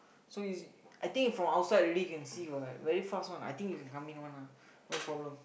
so you see I think from outside already you can see [what] very fast [one] I think you can come in [one] lah no problem